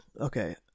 okay